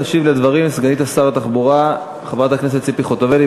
תשיב סגנית שר התחבורה, חברת הכנסת ציפי חוטובלי.